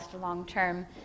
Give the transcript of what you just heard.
long-term